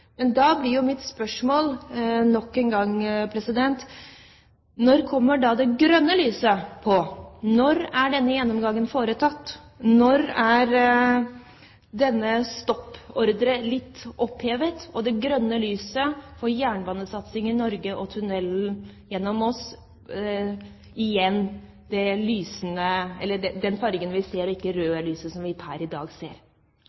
Men da blir jo mitt spørsmål nok en gang: Når kommer da det grønne lyset på? Når er denne gjennomgangen foretatt? Når er denne stoppordren blitt opphevet og det er det grønne lyset for jernbanesatsing i Norge og tunnelen gjennom Moss vi ser, og ikke det røde lyset som vi ser